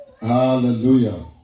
Hallelujah